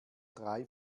drei